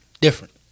different